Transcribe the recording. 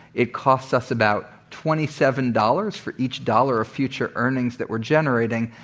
it costs us about twenty seven dollars for each dollar of future earnings that we're generating.